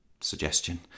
suggestion